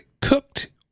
cooked